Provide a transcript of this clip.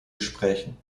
gesprächen